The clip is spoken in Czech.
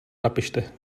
napište